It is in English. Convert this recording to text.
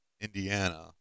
Indiana